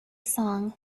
song